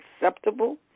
acceptable